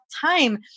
time